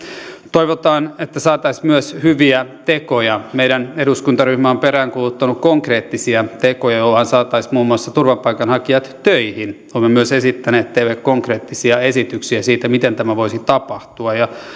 toivotaan että saataisiin myös hyviä tekoja meidän eduskuntaryhmämme on peräänkuuluttanut konkreettisia tekoja joilla muun muassa saataisiin turvapaikanhakijat töihin olemme myös esittäneet teille konkreettisia esityksiä siitä miten tämä voisi tapahtua ja